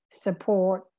support